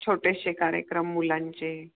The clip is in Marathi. छोटेसे कार्यक्रम मुलांचे